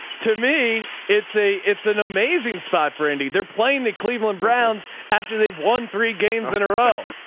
to me. it's a, it's an amazing spot for indie. they're playing the cleveland browns after they've won three games in a row,